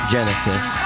Genesis